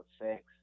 effects